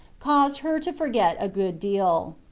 caused her to forget a good deal.